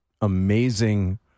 amazing